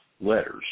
letters